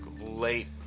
late